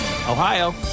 Ohio